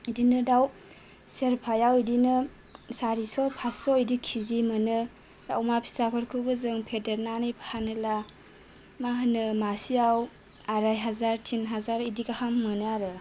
इदिनो दाव सेरफायाव इदिनो सारिस' पासस' इदि किजि मोनो ओमफ्राय अमा फिसाफोरखौबो जों फेदेरनानै फानोला मा होनो मासेयाव आराय हाजार थिन हाजार इदि गाहाम मोनो आरो